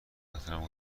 احترام